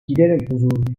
giderek